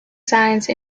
science